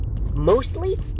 Mostly